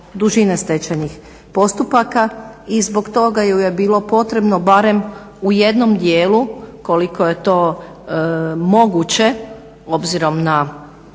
dužine stečajnih postupaka i zbog toga ju je bilo potrebno barem u jednom dijelu koliko je to moguće obzirom na